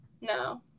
No